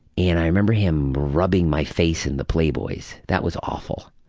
and i remember him rubbing my face in the playboys. that was awful.